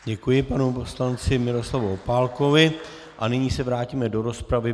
Děkuji panu poslanci Miroslavu Opálkovi a nyní se vrátíme do rozpravy.